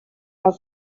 and